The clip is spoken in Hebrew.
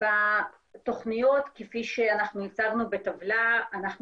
בתוכניות כפי שאנחנו הצגנו בטבלה אנחנו